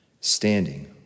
standing